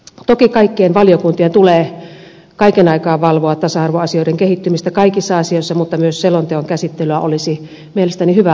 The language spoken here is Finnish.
toki kaikkien valiokuntien tulee kaiken aikaa valvoa tasa arvoasioiden kehittymistä kaikissa asioissa mutta myös selonteon käsittelyä olisi mielestäni hyvä laajentaa